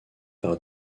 par